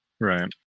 Right